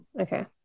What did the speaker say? Okay